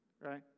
right